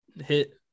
hit